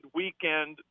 weekend